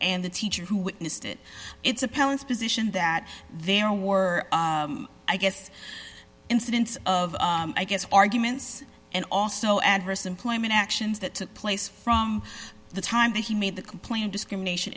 and the teacher who witnessed it it's a parent's position that there were i guess incidents of i guess arguments and also adverse employment actions that took place from the time that he made the complaint discrimination